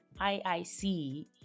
IIC